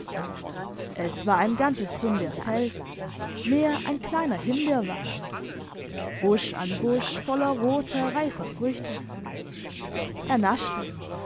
es war ein ganzes himbeerfeld mehr ein kleiner himbeerwald busch an busch voller roter reifer früchte er naschte